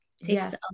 yes